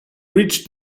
reached